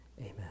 Amen